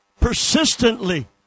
persistently